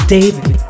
David